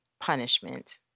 punishment